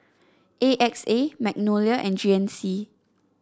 A X A Magnolia and G N C